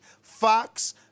Fox